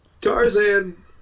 tarzan